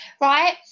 right